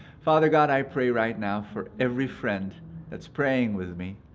father god, i pray right now for every friend that's praying with me.